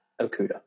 Okuda